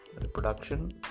Reproduction